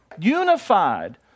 unified